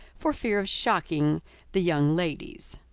for fear of shocking the young ladies.